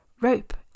Rope